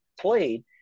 played